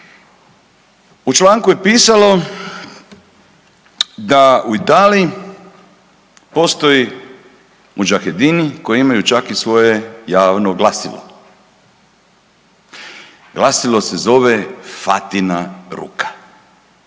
U članku je pisalo da u Italiji postoje mudžahedini koji imaju čak i svoje javno glasilo, glasilo se zove Fatina ruka.